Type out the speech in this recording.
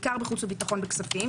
בעיקר בחוץ וביטחון וכספים,